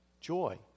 joy